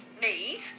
need